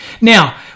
Now